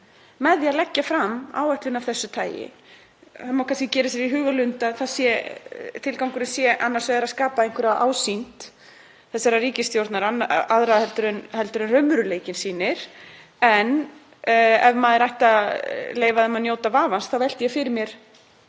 með því að leggja fram áætlun af þessu tagi? Það má kannski gera sér í hugarlund að tilgangurinn sé að skapa einhverja ásýnd þessarar ríkisstjórnar aðra en raunveruleikinn sýnir, en ef maður ætti að leyfa þeim að njóta vafans þá velti ég fyrir mér